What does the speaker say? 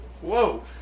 Whoa